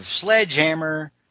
sledgehammer